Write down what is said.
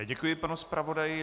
Děkuji panu zpravodaji.